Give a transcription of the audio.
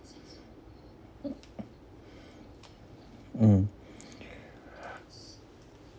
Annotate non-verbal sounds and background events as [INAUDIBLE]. mm [BREATH]